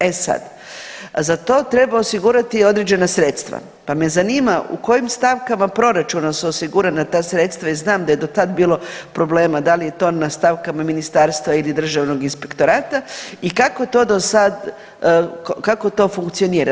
E sad, za to treba osigurati određena sredstva pa me zanima u kojim stavkama proračuna su osigurana ta sredstva i znam da je do tad bilo problema, da li je to na stavkama Ministarstva ili Državnog inspektorata i kako to do sad, kako to funkcionira?